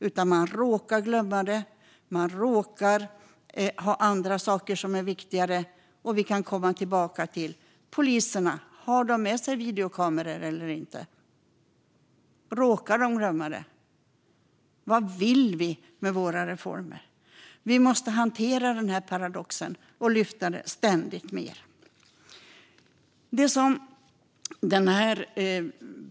De glöms bort, eller det finns andra saker som råkar vara viktigare. Vi kan komma tillbaka till frågan om poliserna har med sig videokameror eller inte. Råkar de glömma dem? Vad vill vi med våra reformer? Vi måste hantera paradoxen.